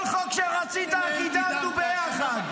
כל חוק שרצית, קידמנו ביחד.